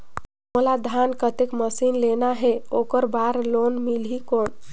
मोला धान कतेक मशीन लेना हे ओकर बार लोन मिलही कौन?